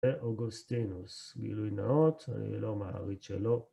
זה אוגוסטינוס, גילוי נאות, אני לא מעריץ שלו.